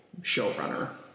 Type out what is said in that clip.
showrunner